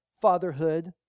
fatherhood